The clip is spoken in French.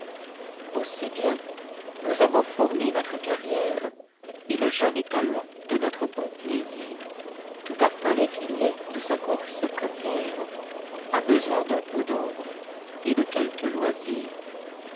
aussi bien nous avons fourni notre carrière et le jeune étalon de notre bon plaisir tout affolé qu'il est de sa course première a besoin d'un peu d'ombre et de quelque loisir